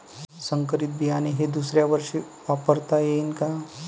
संकरीत बियाणे हे दुसऱ्यावर्षी वापरता येईन का?